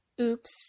Oops